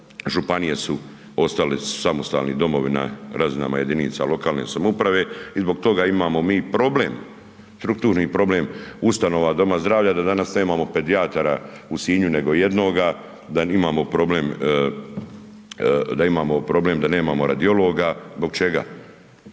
županije su, ostali su samostalni domovi na razinama jedinica lokalne samouprave i zbog toga imamo mi problem, strukturni problem ustanova doma zdravlja da danas nemamo pedijatara u Sinju nego jednoga, da imamo problem da nemamo radiologa. Zbog čega?